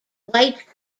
white